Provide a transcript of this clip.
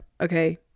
okay